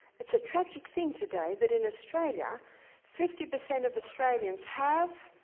it's a tragic thing today that in australia fifty percent of australians have,